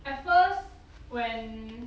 at first when